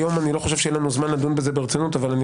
לדעתי לא יהיה לנו זמן לדון בזה הבוקר ברצינות אבל אני